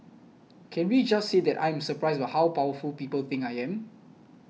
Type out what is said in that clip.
can we just say that I am surprised how powerful people think I am